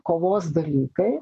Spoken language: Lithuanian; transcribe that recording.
kovos dalykai